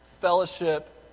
fellowship